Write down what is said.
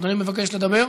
חברי מבקש לדבר?